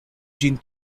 ĝin